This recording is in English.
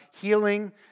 healing